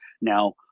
Now